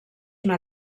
una